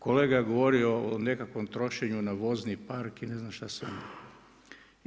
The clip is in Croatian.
Kolega je govorio o nekakvom trošenju na vozni park i ne znam šta sve ne.